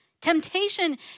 Temptation